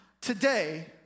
today